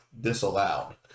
disallowed